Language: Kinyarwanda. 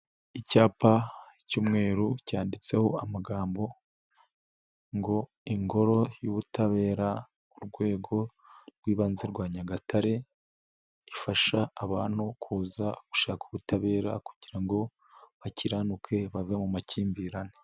Icyapa cy'umweru cyanditseho amagambo ngo '' ingoro y'ubutabera urwego rw'ibanze rwa Nyagatare''. Ifasha abantu kuza gushaka ubutabera kugira ngo bakiranuke bave mu makimbirane.